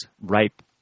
ripe